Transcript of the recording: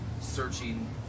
searching